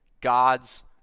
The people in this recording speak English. God's